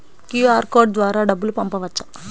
QR code ద్వారా డబ్బులు పంపవచ్చా?